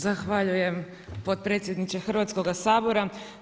Zahvaljujem potpredsjedniče Hrvatskoga sabora.